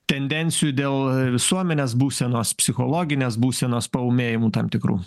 tendencijų dėl visuomenės būsenos psichologinės būsenos paūmėjimų tam tikrų